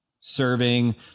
serving